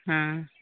ᱦᱮᱸ